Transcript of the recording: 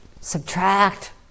Subtract